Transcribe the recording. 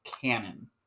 canon